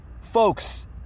folks